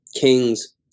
kings